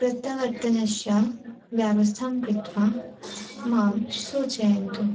प्रत्तवर्तनस्य व्यवस्थां कृत्वा मां सूचयन्तु